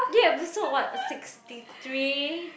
episode what sixty three